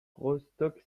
rostock